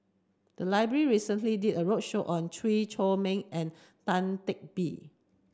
the library recently did a roadshow on Chew Chor Meng and Ang Teck Bee